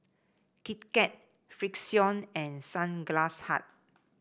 Kit Kat Frixion and Sunglass Hut